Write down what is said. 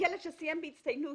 ילד שסיים בהצטיינות,